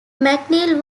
mcneil